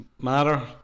matter